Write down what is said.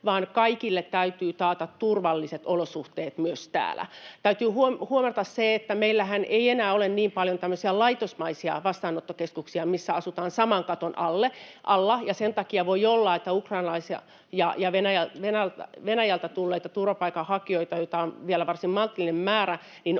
vaan kaikille täytyy taata turvalliset olosuhteet myös täällä. Täytyy huomata, että meillähän ei enää ole niin paljon tämmöisiä laitosmaisia vastaanottokeskuksia, missä asutaan saman katon alla, ja sen takia voi olla, että ukrainalaisia ja Venäjältä tulleita turvapaikanhakijoita, joita on vielä varsin maltillinen määrä,